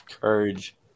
Courage